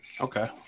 Okay